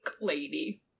lady